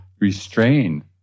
restrain